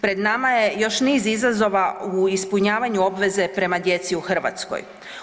Pred nama je još niz izazova u ispunjavanju obveze prema djeci u Hrvatskoj.